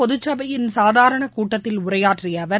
பொதுச் சபையின் சாதாரண கூட்டத்தில் உரையாற்றிய அவர்